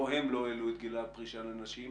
לא הם לא העלו את גיל הפרישה לנשים.